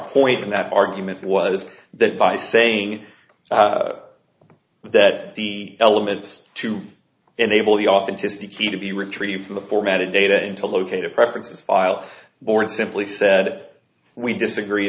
point in that argument was that by saying that the elements to enable the authenticity key to be retrieved from the formatted data into locate a preferences file board simply said we disagree